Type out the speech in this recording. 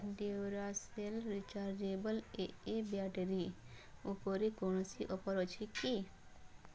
Duracell rechargeable A A battery ଉପରେ କୌଣସି offer ଅଛି କି